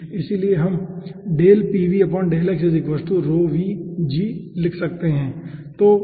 इसलिए हम लिख सकते हैं